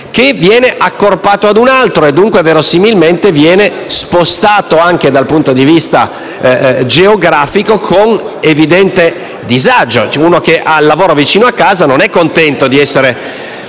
che venga accorpato a un altro e, dunque, verosimilmente venga spostato anche dal punto di vista geografico con evidente disagio. Una persona che ha il lavoro vicino a casa non è contento, di essere